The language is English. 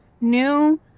new